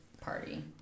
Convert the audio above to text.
party